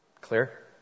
Clear